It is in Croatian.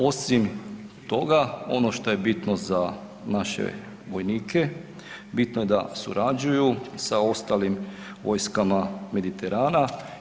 Osim toga, ono što je bitno za naše vojnike bitno je da surađuju sa ostalim vojskama Mediterana.